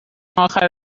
اخر